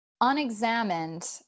unexamined